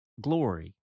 glory